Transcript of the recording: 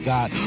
God